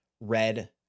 red